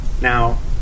Now